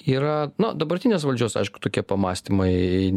yra nu dabartinės valdžios aišku tokie pamąstymai